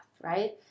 right